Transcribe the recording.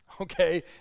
okay